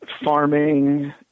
farming